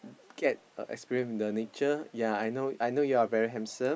get uh experience the nature yea I know I know you are very handsome